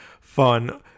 fun